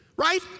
Right